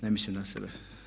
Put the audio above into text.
Ne mislim na sebe.